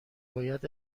باید